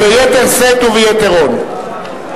וביתר שאת וביתר און.